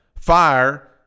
fire